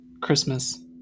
Christmas